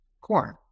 corn